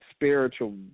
spiritual